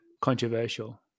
controversial